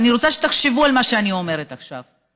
ואני רוצה שתחשבו על מה שאני אומרת עכשיו.